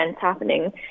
happening